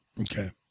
Okay